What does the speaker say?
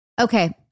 Okay